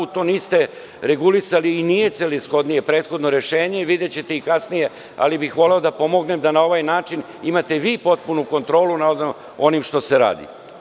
To niste regulisali i nije celishodnije prethodno rešenje i videćete i kasnije, ali bih voleo da pomognem da na ovaj način imate vi potpuno kontrolu nad onim što se radi.